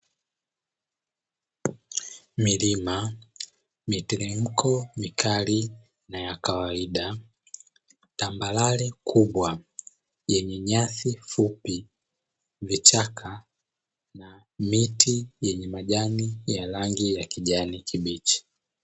Milima, miteremko mikali na ya kawaida, tambarare kubwa yenye nyasi fupi, vichaka na miti yenye majani ya rangi ya kijani kibichi.